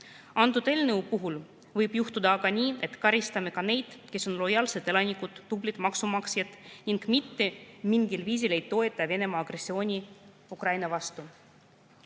Antud eelnõu puhul võib juhtuda aga nii, et karistame ka neid, kes on lojaalsed elanikud, tublid maksumaksjad ning mitte mingil viisil ei toeta Venemaa agressiooni Ukraina vastu.